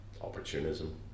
opportunism